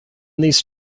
these